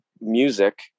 music